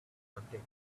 nothing